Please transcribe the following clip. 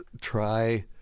try